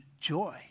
joy